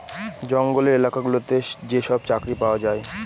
জঙ্গলের এলাকা গুলোতে যেসব চাকরি পাওয়া যায়